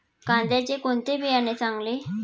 कांद्याचे कोणते बियाणे चांगले?